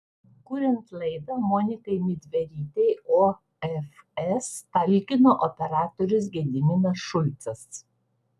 kuriant laidą monikai midverytei ofs talkino operatorius gediminas šulcas